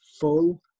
full